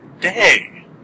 Day